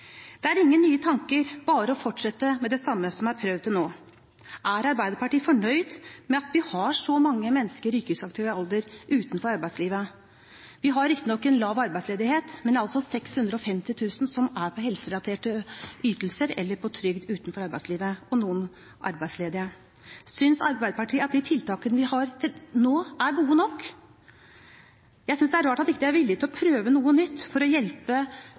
Det er ingen nye tanker – bare å fortsette med det som er prøvd til nå. Er Arbeiderpartiet fornøyd med at vi har så mange mennesker i yrkesaktiv alder utenfor arbeidslivet? Vi har riktignok lav arbeidsledighet, men det er altså 650 000 som har helserelaterte ytelser, eller som har trygd og er utenfor arbeidslivet – og noen arbeidsledige. Synes Arbeiderpartiet at de tiltakene vi har nå, er gode nok? Jeg synes det er rart at de ikke er villig til å prøve noe nytt for å hjelpe